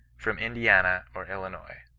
from indiana or illinois.